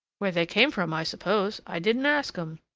where they came from, i suppose. i didn't ask em.